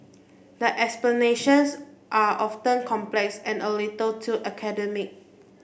the explanations are often complex and a little too academic